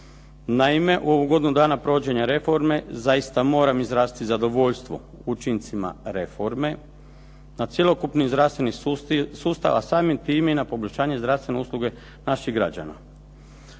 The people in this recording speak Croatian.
Naime, u godini dana provođenja reforme, zaista moram izraziti zadovoljstvo učincima reforme na cjelokupni zdravstveni sustav, a samim time i na poboljšanje zdravstvene usluge našim građanima.